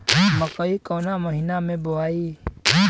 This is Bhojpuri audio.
मकई कवना महीना मे बोआइ?